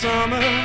summer